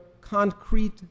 concrete